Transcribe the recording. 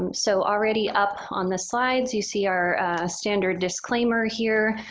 um so already up on the slides, you see our standard disclaimer here.